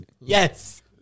Yes